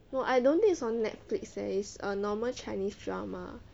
no I don't think it's on netflix eh it's a normal chinese drama